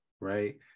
right